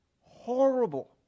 horrible